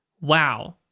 wow